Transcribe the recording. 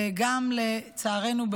גם לצערנו,